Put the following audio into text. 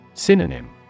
Synonym